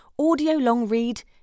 audiolongread